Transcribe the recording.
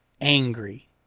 angry